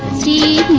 see